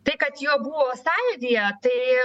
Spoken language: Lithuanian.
tai kad jo buvo stadija tai